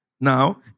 Now